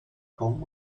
kaum